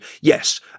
yes